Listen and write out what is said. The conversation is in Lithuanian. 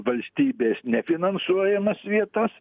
valstybės nefinansuojamas vietas